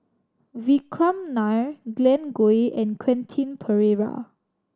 Vikram Nair Glen Goei and Quentin Pereira